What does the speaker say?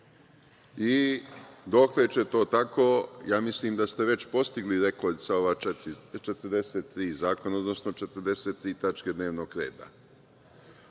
Dokle će to tako? Ja mislim da ste već postigli rekord sa ova 43 zakona, odnosno 43 tačke dnevnog reda.